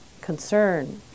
concern